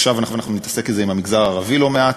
עכשיו נתעסק בזה גם במגזר הערבי לא מעט,